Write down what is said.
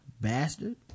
bastard